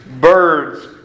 birds